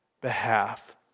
behalf